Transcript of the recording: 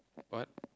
what